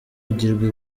ugirwa